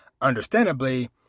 understandably